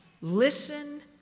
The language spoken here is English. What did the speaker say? Listen